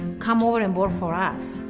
come over and work for us.